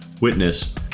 witness